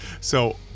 So-